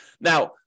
Now